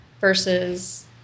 versus